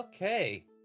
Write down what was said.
Okay